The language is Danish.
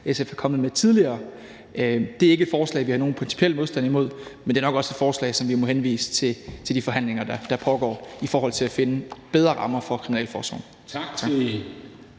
SF er kommet med tidligere. Det er ikke et forslag, vi har nogen principiel modstand imod, men det er nok også et forslag, som vi må henvise til de forhandlinger, der pågår, i forhold til at finde bedre rammer for kriminalforsorgen.